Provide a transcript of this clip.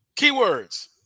Keywords